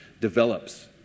develops